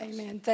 Amen